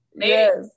yes